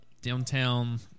downtown